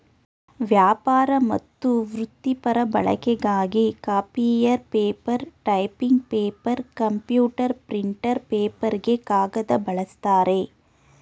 ವ್ಯಾಪಾರ ಮತ್ತು ವೃತ್ತಿಪರ ಬಳಕೆಗಾಗಿ copier paper typing paper computer printer ಪೇಪರ್ಗೆ ಕಾಗದ ಬಳಸ್ತಾರೆ